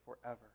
forever